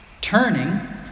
turning